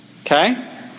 okay